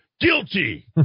Guilty